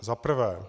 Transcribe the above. Za prvé.